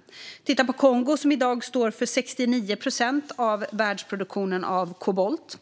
Titta till exempel på Kongo som i dag står för 69 procent av världsproduktionen av kobolt.